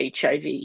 HIV